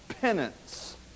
penance